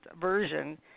version